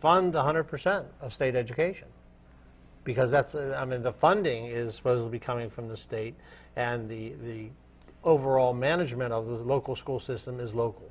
fund one hundred percent of state education because that's and i'm in the funding is supposed to be coming from the state and the overall management of the local school system is local